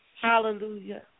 Hallelujah